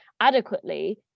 adequately